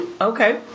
okay